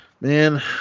Man